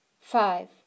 five